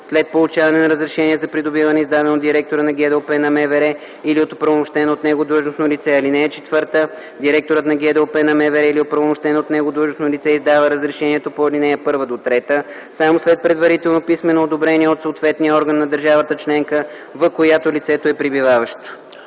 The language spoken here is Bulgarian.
след получаване на разрешение за придобиване, издадено от директора на ГДОП на МВР или от оправомощено от него длъжностно лице. (4) Директорът на ГДОП на МВР или оправомощено от него длъжностно лице издава разрешението по ал. 1-3 само след предварително писмено одобрение от съответния орган на държавата членка, в която лицето е пребиваващо.”